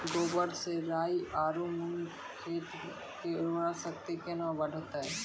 गोबर से राई आरु मूंग खेत के उर्वरा शक्ति केना बढते?